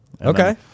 Okay